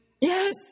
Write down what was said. Yes